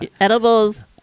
Edibles